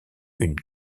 une